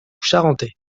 charentais